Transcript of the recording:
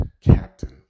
Captain